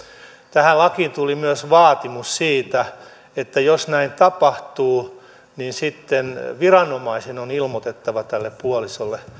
tähän lakiin tuli myös vaatimus siitä että jos näin tapahtuu niin sitten viranomaisen on ilmoitettava tälle puolisolle